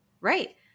right